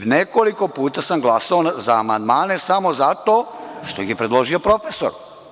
Nekoliko puta sam glasao za amandmane samo zato što ih je predložio „profesor“